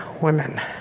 women